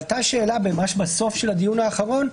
עלתה שאלה בסוף של הדיון האחרון,